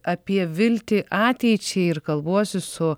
apie viltį ateičiai ir kalbuosi su